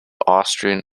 austrian